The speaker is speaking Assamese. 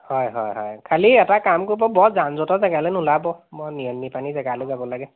হয় হয় হয় খালি এটা কাম কৰিব বৰ যান যঁটৰ জেগালৈ নোলাব মই নিৰল নিপালি জেগালৈ যাব লাগে